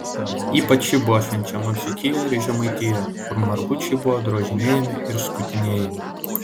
ypač ji buvo švenčiama dzūkijoje ir žemaitijoje kur margučiai buvo drožinėjami ir skutinėjami